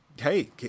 hey –